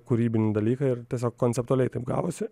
kūrybinį dalyką ir tiesiog konceptualiai taip gavosi